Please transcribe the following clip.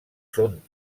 són